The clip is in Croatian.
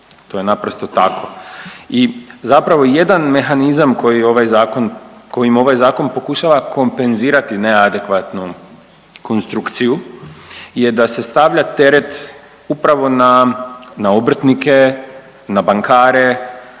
To je naprosto tako. I zapravo jedan mehanizam koji ovaj zakon, kojim ovaj zakon pokušava kompenzirati neadekvatnu konstrukciju je da se stavlja teret upravo na, na obrtnike, na bankare,